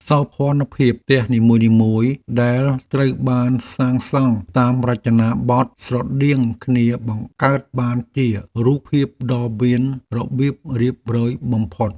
សោភ័ណភាពផ្ទះនីមួយៗដែលត្រូវបានសាងសង់តាមរចនាបថស្រដៀងគ្នបង្កើតបានជារូបភាពដ៏មានរបៀបរៀបរយបំផុត។